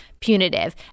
Punitive